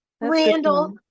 Randall